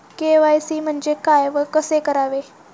KYC म्हणजे काय व कसे करावे?